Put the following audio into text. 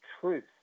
truth